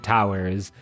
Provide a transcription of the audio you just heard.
Towers